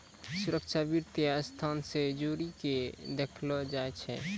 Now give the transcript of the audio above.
सुरक्षा वित्तीय संस्था से जोड़ी के देखलो जाय छै